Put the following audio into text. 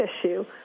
issue